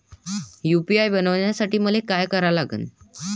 UPI बनवासाठी मले काय करा लागन?